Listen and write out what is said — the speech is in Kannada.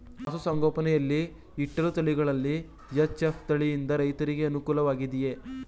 ಪಶು ಸಂಗೋಪನೆ ಯಲ್ಲಿ ಇಟ್ಟಳು ತಳಿಗಳಲ್ಲಿ ಎಚ್.ಎಫ್ ತಳಿ ಯಿಂದ ರೈತರಿಗೆ ಅನುಕೂಲ ವಾಗಿದೆಯೇ?